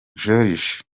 joriji